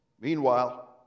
Meanwhile